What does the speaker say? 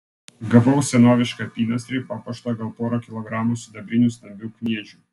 gavau senovišką apynasrį papuoštą gal pora kilogramų sidabrinių stambių kniedžių